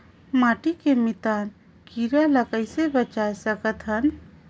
माटी के मितान कीरा ल कइसे बचाय सकत हन?